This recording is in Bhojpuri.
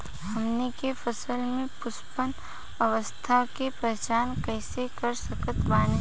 हमनी के फसल में पुष्पन अवस्था के पहचान कइसे कर सकत बानी?